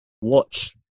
watch